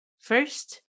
First